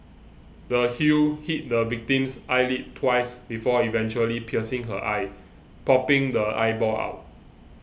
the heel hit the victim's eyelid twice before eventually piercing her eye popping the eyeball out